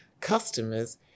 customers